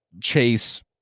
Chase